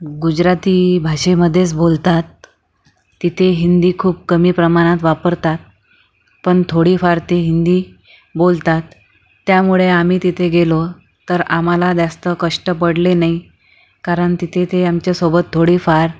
गुजराथी भाषेमध्येच बोलतात तिथे हिंदी खूप कमी प्रमाणात वापरतात पण थोडीफार ते हिंदी बोलतात त्यामुळे आम्ही तिथे गेलो तर आम्हाला जास्त कष्ट पडले नाही कारण तिथे ते आमच्यासोबत थोडीफार